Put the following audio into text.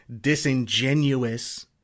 disingenuous